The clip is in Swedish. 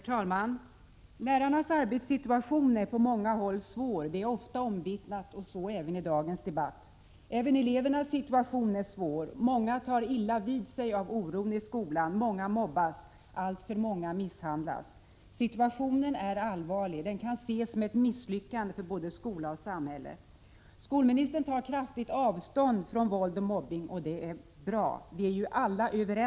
Herr talman! Lärarnas arbetssituation är på många håll svår. Det är ofta omvittnat, och så även i dagens debatt. Också elevernas situation är svår. Många tar illa vid sig av oron i skolan, många mobbas. Alltför många misshandlas. Situationen är allvarlig och kan ses som ett misslyckande för skola och samhälle. Skolministern tar kraftigt avstånd från våld och mobbning, och det är bra, det gör vi alla.